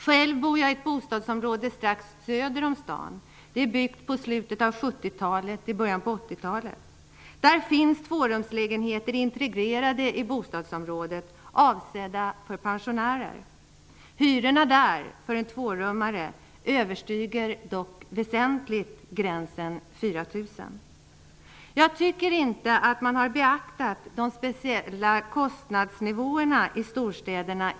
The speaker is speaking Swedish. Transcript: Själv bor jag i ett bostadsområde strax söder om stan. Det är byggt på slutet av 70-talet och början på 80-talet. Där finns tvårumslägenheter integrerade i bostadsområdet, avsedda för pensionärer. Hyrorna för en tvårummare överstiger dock väsentligt gränsen 4 000 kr. Jag tycker inte att man i propositionen har beaktat de speciella kostnadsnivåerna i storstäderna.